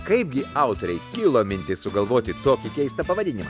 kaipgi autorei kilo mintis sugalvoti tokį keistą pavadinimą